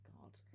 God